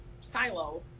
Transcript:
silo